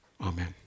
Amen